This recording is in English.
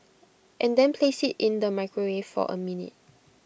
and then place IT in the microwave for A minute